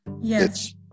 yes